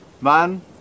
man